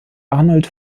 arnold